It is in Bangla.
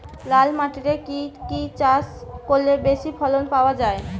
লাল মাটিতে কি কি চাষ করলে বেশি ফলন পাওয়া যায়?